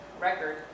record